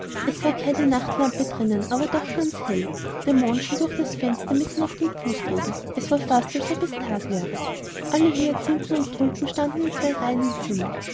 es war gar keine nachtlampe drinnen aber doch ganz hell der mond schien durch das fenster mitten auf den fußboden es war fast als ob es tag wäre alle hyacinthen und tulpen standen in zwei langen reihen im zimmer